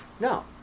No